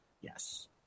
Yes